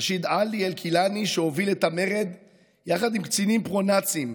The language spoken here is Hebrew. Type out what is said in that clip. רשיד עלי אל-כילאני הוביל את המרד יחד עם קצינים פרו-נאצים,